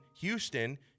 Houston –